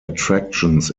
attractions